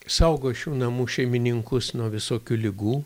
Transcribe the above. saugo šių namų šeimininkus nuo visokių ligų